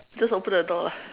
just open the door lah